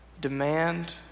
demand